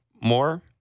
more